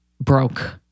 broke